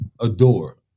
adore